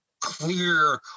clear